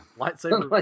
Lightsaber